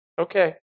Okay